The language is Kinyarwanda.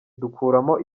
dukuramo